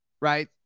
right